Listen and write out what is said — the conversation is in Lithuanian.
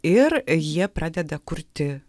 ir jie pradeda kurti